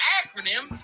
acronym